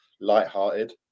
lighthearted